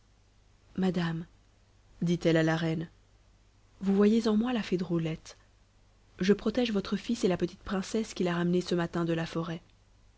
madame dit-elle à la reine vous voyez en moi la fée drôlette je protège votre fils et la petite princesse qu'il a ramenée ce matin de la forêt